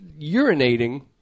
urinating